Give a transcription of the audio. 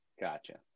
Gotcha